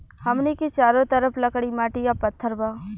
हमनी के चारो तरफ लकड़ी माटी आ पत्थर बा